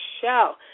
show